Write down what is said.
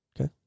Okay